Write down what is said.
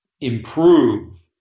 improve